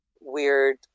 weird